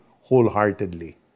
wholeheartedly